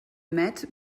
met